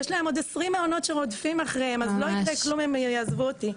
יש להם עוד 20 מעונות שרודפים אחריהם אז לא יקרה כלום אם הם יעזבו אותי.